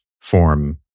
form